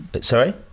sorry